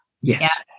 Yes